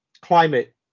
climate